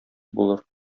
булыр